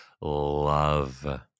love